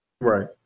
Right